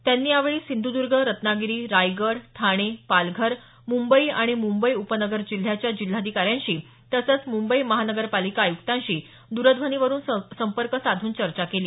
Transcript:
त्यांनी यावेळी सिंधुर्द्ग रत्नागिरी रायगड ठाणे पालघर मुंबई आणि मुंबई उपनगर जिल्ह्याच्या जिल्हाधिकाऱ्यांशी तसंच मुंबई महापालिका आयुक्तांशी दूरध्वनीवरुन संपर्क साधून चर्चा केली